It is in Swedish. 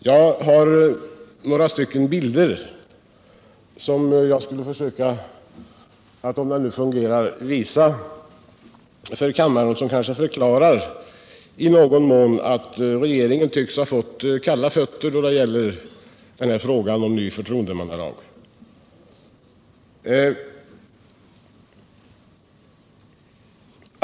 Jag har några bilder som jag vill visa på TV-skärmen och som kanske i någon mån förklarar att regeringen tycks ha fått kalla fötter då det gäller frågan om ny förtroendemannalag.